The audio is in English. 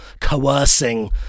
coercing